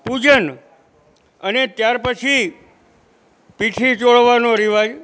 પૂજન અને ત્યાર પછી પીઠી ચોળવાનો રિવાજ